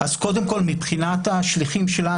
אז קודם כל מבחינת השליחים שלנו,